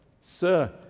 Sir